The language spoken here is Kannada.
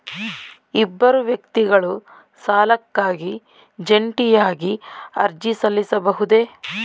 ಇಬ್ಬರು ವ್ಯಕ್ತಿಗಳು ಸಾಲಕ್ಕಾಗಿ ಜಂಟಿಯಾಗಿ ಅರ್ಜಿ ಸಲ್ಲಿಸಬಹುದೇ?